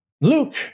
Luke